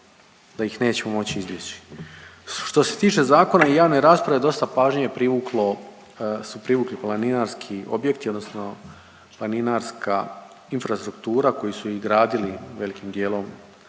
da ih nećemo moći izbjeći. Što se tiče zakona i javne rasprave dosta pažnje je privuklo, su privukli planinarski objekti odnosno planinarska infrastruktura koju su izgradili velikim dijelom